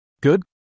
Good